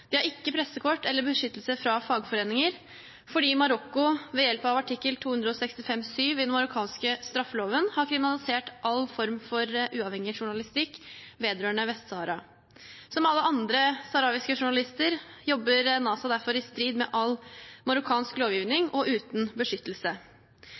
De har ikke pressekort eller beskyttelse fra fagforeninger fordi Marokko ved hjelp av artikkel 265-7 i den marokkanske straffeloven har kriminalisert all form for uavhengig journalistikk vedrørende Vest-Sahara. Som alle andre saharawiske journalister, jobber Nazha derfor i strid med all